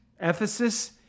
Ephesus